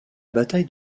bataille